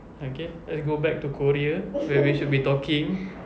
okay let's go back to korea where we should be talking